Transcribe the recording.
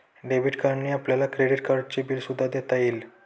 debit कार्डने आपल्याला credit कार्डचे बिल सुद्धा देता येईल